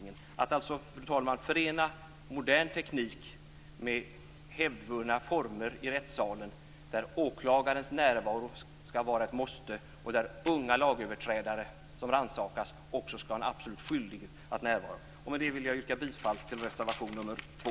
Det handlar alltså om att förena modern teknik med hävdvunna former i rättssalen där åklagarens närvaro skall vara ett måste och där unga lagöverträdare som rannsakas också skall ha en absolut skyldighet att närvara. Med detta yrkar jag bifall till reservation nr 2.